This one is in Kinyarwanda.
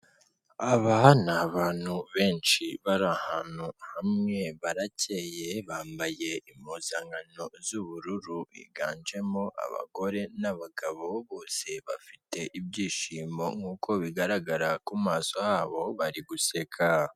Aba ni abantu benshi bari ahantu hamwe barakeye bambaye impuzankano z'ubururu, biganjemo abagore n'abagabo, bose bafite ibyishimo nkuko bigaragara ku maso habo bari guseka.